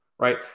Right